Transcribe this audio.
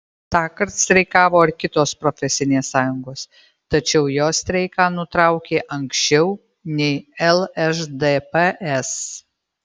tąkart streikavo ir kitos profesinės sąjungos tačiau jos streiką nutraukė anksčiau nei lšdps